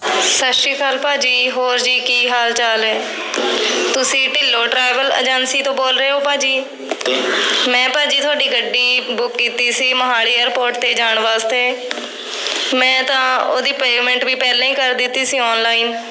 ਸਤਿ ਸ਼੍ਰੀ ਅਕਾਲ ਭਾਅ ਜੀ ਹੋਰ ਜੀ ਕੀ ਹਾਲ ਚਾਲ ਹੈ ਤੁਸੀਂ ਢਿੱਲੋਂ ਟਰੈਵਲ ਏਜੰਸੀ ਤੋਂ ਬੋਲ ਰਹੇ ਹੋ ਭਾਅ ਜੀ ਮੈਂ ਭਾਅ ਜੀ ਤੁਹਾਡੀ ਗੱਡੀ ਬੁੱਕ ਕੀਤੀ ਸੀ ਮੋਹਾਲੀ ਏਅਰਪੋਰਟ 'ਤੇ ਜਾਣ ਵਾਸਤੇ ਮੈਂ ਤਾਂ ਉਹਦੀ ਪੇਮੈਂਟ ਵੀ ਪਹਿਲਾਂ ਹੀ ਕਰ ਦਿੱਤੀ ਸੀ ਔਨਲਾਈਨ